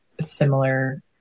similar